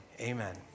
amen